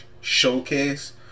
showcase